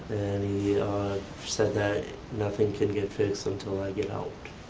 and he said that nothing could get fixed until i get out.